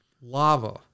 lava